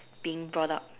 being brought up